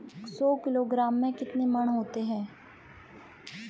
सौ किलोग्राम में कितने मण होते हैं?